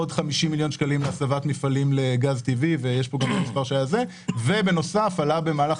עוד 50 מיליון שקלים להסבת מפעלים לגז טבעי; בנוסף עלה במהלך